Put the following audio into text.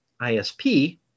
ISP